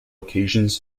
occasions